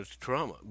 trauma